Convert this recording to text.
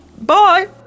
Bye